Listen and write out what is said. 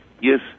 Yes